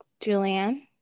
Julianne